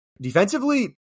defensively